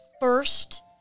first –